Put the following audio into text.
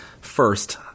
First